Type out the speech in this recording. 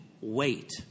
wait